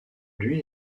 lui